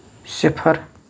صِفر